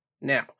Now